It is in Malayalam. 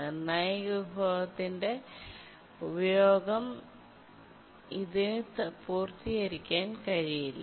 നിർണായക വിഭവത്തിന്റെ ഉപയോഗം ഇതിന് പൂർത്തിയാക്കാൻ കഴിയില്ല